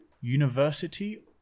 University